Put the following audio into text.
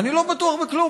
אני לא בטוח בכלום,